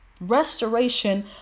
Restoration